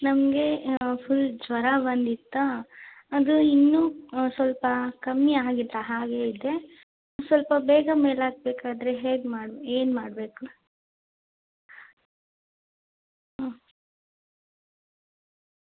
ನನಗೆ ಪುಲ್ ಜ್ವರ ಬಂದಿತ್ತಾ ಅದು ಇನ್ನೂ ಸ್ವಲ್ಪ ಕಮ್ಮಿ ಆಗಿಲ್ಲ ಹಾಗೇ ಇದೆ ಸ್ವಲ್ಪ ಬೇಗ ಮೇಲಾಗ ಬೇಕಾದರೆ ಹೇಗೆ ಮಾಡ ಏನು ಮಾಡಬೇಕು ಹ್ಞೂ